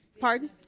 Pardon